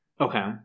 Okay